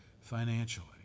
financially